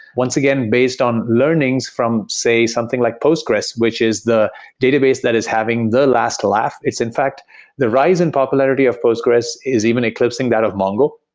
once again, based on learnings from, say, something like postgres, which is the database that is having the last laugh. it's in fact the rise in popularity of postgres is even eclipsing that of mongo.